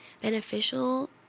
beneficial